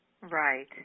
Right